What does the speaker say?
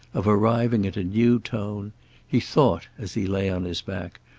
of arriving at a new tone he thought, as he lay on his back,